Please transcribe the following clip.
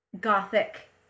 gothic